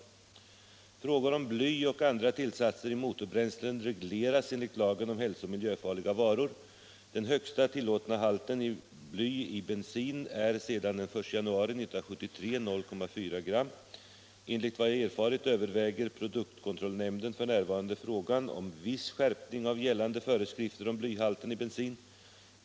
Frågor om bly och andra tillsatser till motorbränslen regleras enligt lagen om hälso och miljöfarliga varor. Den högsta tillåtna halten bly i bensin är sedan den 1 januari 1973 0,4 g/1. Enligt vad jag erfarit överväger produktkontrollnämnden f. n. frågan om viss skärpning av gällande föreskrifter om blyhalten i bensin.